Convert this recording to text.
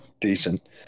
decent